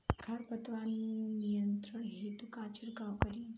खर पतवार नियंत्रण हेतु का छिड़काव करी?